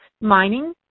mining